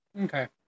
Okay